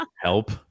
Help